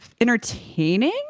entertaining